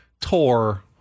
tore